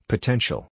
Potential